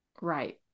Right